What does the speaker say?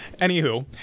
Anywho